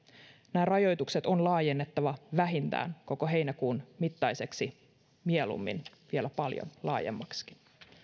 nämä rajoitukset on laajennettava vähintään koko heinäkuun mittaisiksi mieluummin vielä paljon laajemmiksikin